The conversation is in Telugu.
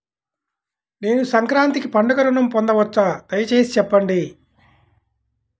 నేను సంక్రాంతికి పండుగ ఋణం పొందవచ్చా? దయచేసి చెప్పండి?